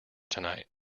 tonight